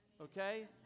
okay